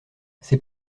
c’est